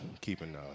keeping